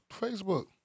Facebook